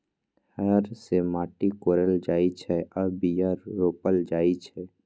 हर से माटि कोरल जाइ छै आऽ बीया रोप्ल जाइ छै